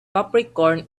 capricorn